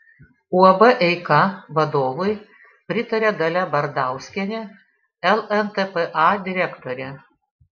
uab eika vadovui pritaria dalia bardauskienė lntpa direktorė